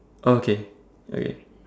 oh okay okay